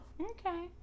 okay